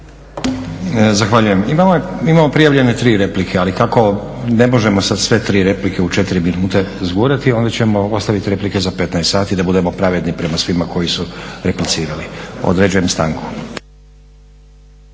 Zahvaljujem. Imamo prijavljene 3 replike, ali kako ne možemo sad sve 3 replike u 4 minute zgurati onda ćemo ostaviti replike za 15, 00 sati da budemo pravedni prema svima koji su replicirali. Određujem stanku.